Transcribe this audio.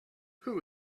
who